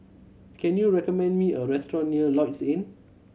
can you recommend me a restaurant near Lloyds Inn